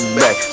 back